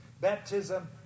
Baptism